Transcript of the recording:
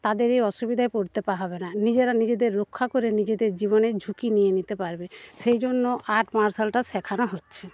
তাদের এই অসুবিধায় পড়তে পা হবে না নিজেরা নিজেদের রক্ষা করে নিজেদের জীবনের ঝুঁকি নিয়ে নিতে পারবে সেই জন্য আর্ট মার্শালটা শেখানো হচ্ছে